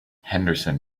henderson